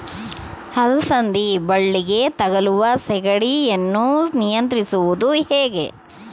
ಅಲಸಂದಿ ಬಳ್ಳಿಗೆ ತಗುಲುವ ಸೇಗಡಿ ಯನ್ನು ನಿಯಂತ್ರಿಸುವುದು ಹೇಗೆ?